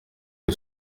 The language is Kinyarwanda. uyu